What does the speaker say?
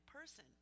person